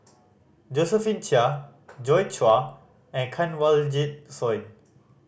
Josephine Chia Joi Chua and Kanwaljit Soin